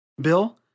Bill